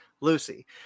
Lucy